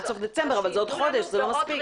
עד סוף דצמבר, אבל זה עוד חודש וזה לא מספיק.